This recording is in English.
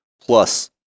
plus